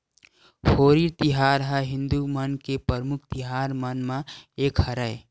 होरी तिहार ह हिदू मन के परमुख तिहार मन म एक हरय